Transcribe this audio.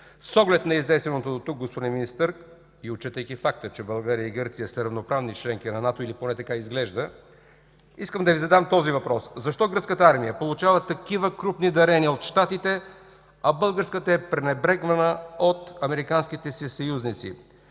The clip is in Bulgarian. С оглед на изнесеното дотук, господин Министър, и отчитайки факта, че България и Гърция са равноправни членки на НАТО, или поне така изглежда, искам да Ви задам този въпрос: защо гръцката армия получава такива крупни дарения от Щатите, а българската е пренебрегвана от американските си съюзници?